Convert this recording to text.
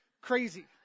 crazy